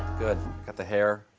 good. got the hair.